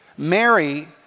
Mary